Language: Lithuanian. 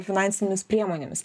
finansinėmis priemonėmis